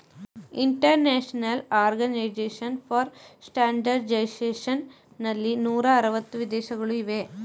international organisation for standardisation ನಲ್ಲಿ ನೂರ ಅರವತ್ತು ವಿದೇಶಗಳು ಇವೆ